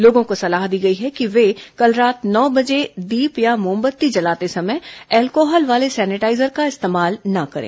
लोगों को सलाह दी गई है कि वे कल रात नौ बजे दीप या मोमबत्ती जलाते समय एल्कोहल वाले सेनेटाइजर का इस्तेमाल न करें